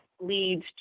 leads